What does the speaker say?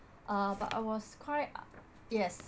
uh but I was quite yes